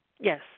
yes